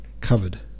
covered